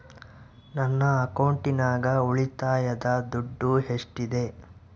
ನನ್ನ ಅಕೌಂಟಿನಾಗ ಉಳಿತಾಯದ ದುಡ್ಡು ಎಷ್ಟಿದೆ?